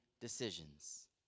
decisions